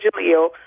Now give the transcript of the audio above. jaleel